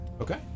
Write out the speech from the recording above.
Okay